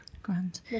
Grand